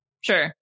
Sure